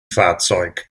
fahrzeug